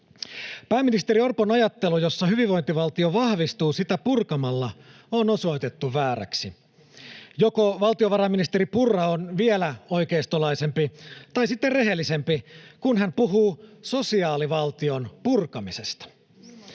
Pääministeri Orpon ajattelu, jossa hyvinvointivaltio vahvistuu sitä purkamalla, on osoitettu vääräksi. Valtiovarainministeri Purra on joko vielä oikeistolaisempi tai sitten rehellisempi, kun hän puhuu sosiaalivaltion purkamisesta.